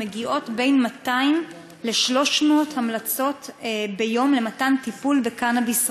מגיעות 200 300 המלצות ביום למתן טיפול בקנאביס רפואי,